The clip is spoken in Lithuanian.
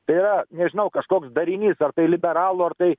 tai yra nežinau kažkoks darinys ar tai liberalų ar tai